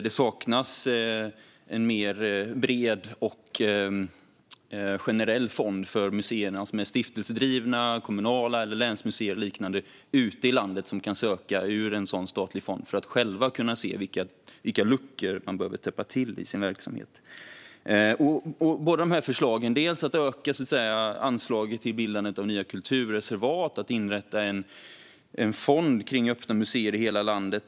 Det saknas också en bredare och mer generell statlig fond för museer ute i landet som är stiftelsedrivna, kommunala eller länsmuseiliknande att söka medel från för att själva kunna täppa till luckor i sin verksamhet. Vi har förslag om att öka anslaget till bildande av nya kulturreservat och att inrätta en fond för öppna museer i hela landet.